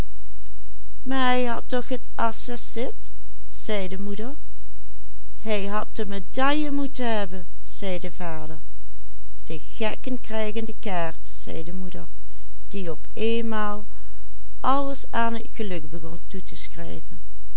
zei de vader de gekken krijgen de kaart zei de moeder die op eenmaal alles aan het geluk begon toe te schrijven